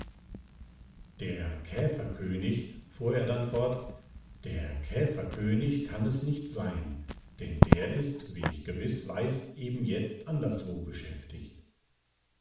der käferkönig fuhr er dann fort der käferkönig kann es nicht sein denn der ist wie ich gewiß weiß eben jetzt anderswo beschäftigt